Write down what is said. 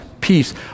peace